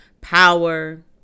power